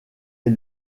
est